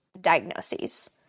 diagnoses